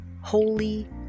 holy